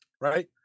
Right